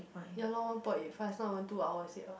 ya loh one point eight five it's not even two hours yet [what]